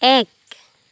এক